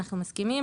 אנחנו מסכימים.